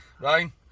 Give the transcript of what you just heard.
Ryan